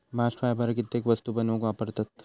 bast fibre कित्येक वस्तू बनवूक वापरतत